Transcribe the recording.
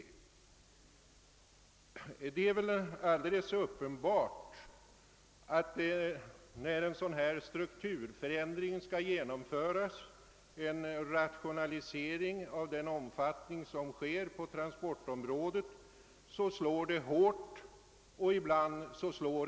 När man genomför en strukturförändring och en rationalisering på transportområdet av den omfattning som här varit fallet, så är det väl alldeles uppenbart att den slår hårt och ibland oekså ganska blint.